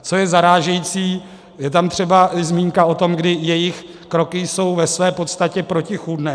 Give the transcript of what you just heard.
Co je zarážející, je tam třeba i zmínka o tom, kdy jejich kroky jsou ve své podstatě protichůdné.